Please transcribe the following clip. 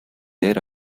there